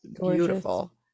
beautiful